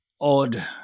odd